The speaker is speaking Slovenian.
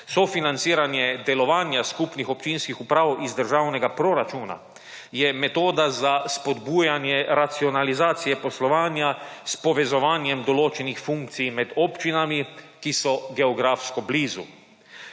Sofinanciranje delovanja skupnih občinskih uprav iz državnega proračuna je metoda za spodbujanje racionalizacije poslovanja s povezovanjem določenim funkcij med občinami, ki so geografsko blizu.